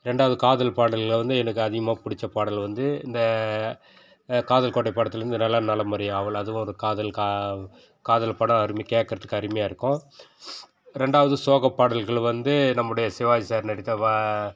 ரெண்டாவது காதல் பாடல்கள் வந்து எனக்கு அதிகமாக பிடிச்ச பாடல் வந்து இந்த காதல் கோட்டை படத்திலேருந்து நலம் நலமறிய ஆவல் அதுவும் அது காதல் கா காதல் படம் அருமை கேட்குறதுக்கு அருமையாக இருக்கும் ரெண்டாவது சோகப் பாடல்கள் வந்து நம்முடைய சிவாஜி சார் நடித்த வ